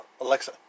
Alexa